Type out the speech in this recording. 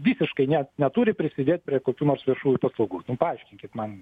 visiškai net neturi prisidėt prie kokių nors viešųjų paslaugų paaiškinkit man